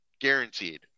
guaranteed